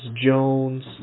Jones